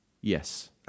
Yes